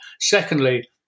Secondly